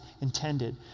intended